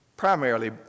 primarily